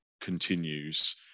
continues